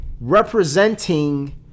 representing